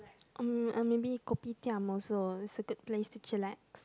oh uh maybe Kopitiam also is a good place to chillax